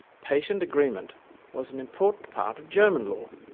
patient agreement was an important part of german law.